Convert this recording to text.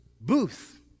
Booth